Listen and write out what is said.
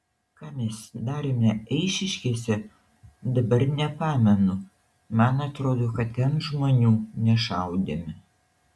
ką mes darėme eišiškėse dabar nepamenu man atrodo kad ten žmonių nešaudėme